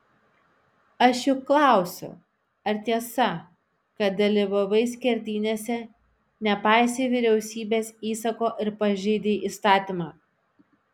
aš juk klausiu ar tiesa kad dalyvavai skerdynėse nepaisei vyriausybės įsako ir pažeidei įstatymą